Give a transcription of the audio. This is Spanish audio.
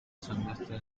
semestre